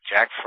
Jack